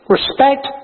Respect